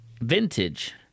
vintage